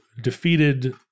defeated